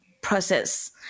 process